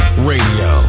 Radio